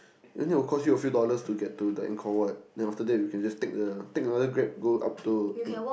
then it will cost you a few dollars to get to the Ankor-Wat then after that we can just a take another Grab go up to